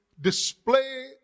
display